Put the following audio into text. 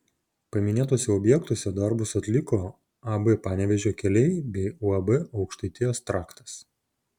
paminėtuose objektuose darbus atliko ab panevėžio keliai bei uab aukštaitijos traktas